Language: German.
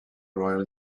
royal